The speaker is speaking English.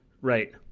Right